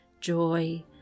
joy